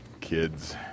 kids